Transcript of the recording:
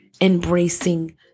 embracing